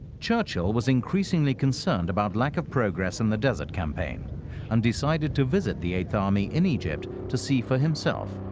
churchill was increasingly concerned about lack of progress in the desert campaign and decided to visit the eighth army in egypt to see for himself.